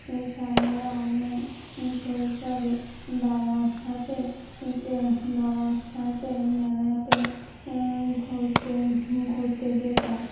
এছাড়াও আমরা শৈশবে বাবার সাথে বাবার সাথে মেলাতে ঘুরতে ঘুরতে যেতাম